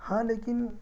ہاں لیکن